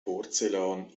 porzellan